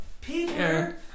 Peter